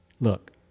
look